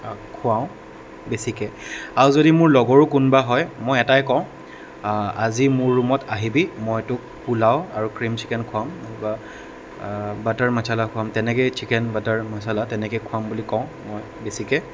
খুৱাওঁ বেছিকৈ আৰু যদি মোৰ লগৰো যদি কোনোবা হয় মই এটাই কওঁ আজি মোৰ ৰুমত আহিবি মই তোক পোলাও আৰু ক্ৰীম চিকেন খুৱাম এনেকুৱা বাটাৰ মাছালা খুৱাম তেনেকৈ চিকেন বাটাৰ মাছালা তেনেকৈ খুৱাম বুলি কওঁ মই বেছিকৈ